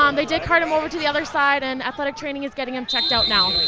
um they did cart him over to the other side and athletic training is getting him checked out now.